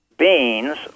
Beans